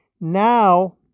Now